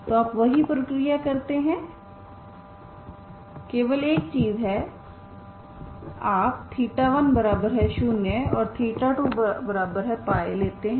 तो आप वही प्रक्रिया करते हैं केवल एक चीज है आप10 और 2πलेते हैं